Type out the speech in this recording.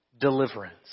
deliverance